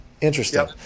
Interesting